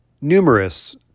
numerous